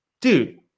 dude